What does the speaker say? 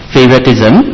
Favoritism